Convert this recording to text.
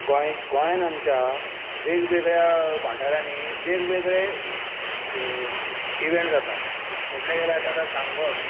गोंय गोंयांत आमच्या वेगवेगळ्या वाठारांनी वेगवेगळे इवेंट जाता म्हटले गेले आता सांगोड